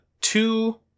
two